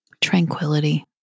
tranquility